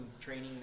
training